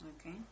Okay